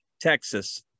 Texas